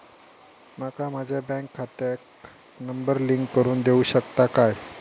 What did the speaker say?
माका माझ्या बँक खात्याक नंबर लिंक करून देऊ शकता काय?